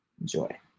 enjoy